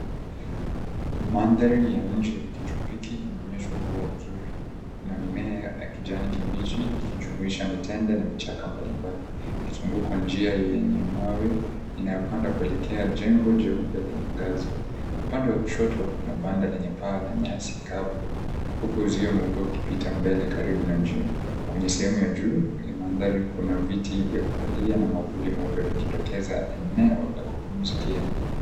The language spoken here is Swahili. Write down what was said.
Mandhari ya nje ya kitropiki, kuwa nzuri. Kuna mimea ya kijani kibichi, ikijumuisha mitende na vichaka mbalimbali. Ikizunguka njia yenye mawe inayopanda kuelekea jengo jeupe lenye ngazi. Upande wa kushoto, kuna banda lenye paa la nyasi kavu, huku uzio ukipita mbele karibu na njia. Kwenye sehemu ya juu ya mandhari kuna viti vya kukalia na mwavuli mweupe vikitokeza eneo la kupumzikia.